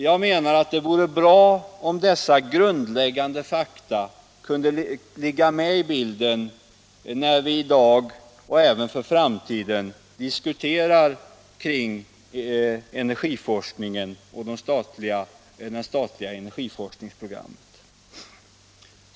Jag menar att det vore bra om dessa grundläggande fakta kunde ligga med i bilden när vi i dag och även för framtiden diskuterar kring energiforskningen och det statliga energiforskningsprogrammet.